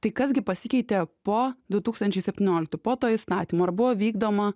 tai kas gi pasikeitė po du tūkstančiai septynioliktų po to įstatymo ar buvo vykdoma